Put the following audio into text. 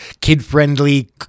kid-friendly